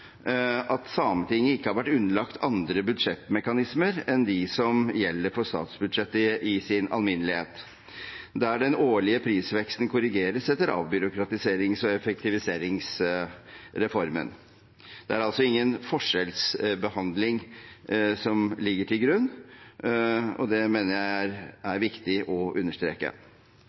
at Sametinget ikke har vært underlagt andre budsjettmekanismer enn de som gjelder for statsbudsjettet i sin alminnelighet, der den årlige prisveksten korrigeres etter avbyråkratiserings- og effektivitetsreformen. Det er altså ingen forskjellsbehandling som ligger til grunn, og det mener jeg det er viktig å understreke.